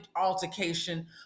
altercation